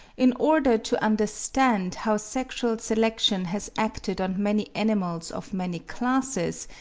in order to understand how sexual selection has acted on many animals of many classes,